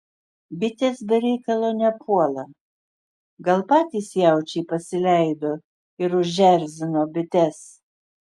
bitės be reikalo nepuola gal patys jaučiai pasileido ir užerzino bites